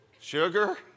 sugar